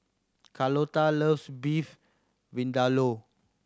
Carlota loves Beef Vindaloo